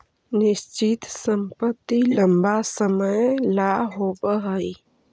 निश्चित संपत्ति लंबा समय ला होवऽ हइ